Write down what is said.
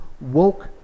woke